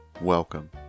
welcome